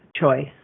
choice